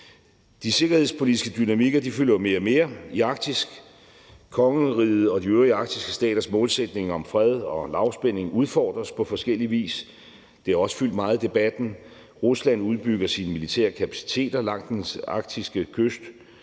De sikkerhedspolitiske dynamikker fylder jo mere og mere i Arktis. Kongeriget og de øvrige arktiske staters målsætning om fred og lavspænding udfordres på forskellig vis. Det har også fyldt meget i debatten. Rusland udbygger sine militære kapaciteter langs dets arktiske kyst,